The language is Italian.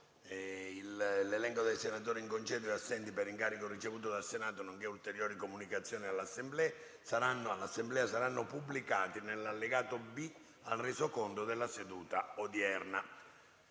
L ’elenco dei senatori in congedo e assenti per incarico ricevuto dal Senato, nonché ulteriori comunicazioni all’Assemblea saranno pubblicati nell’allegato B al Resoconto della seduta odierna.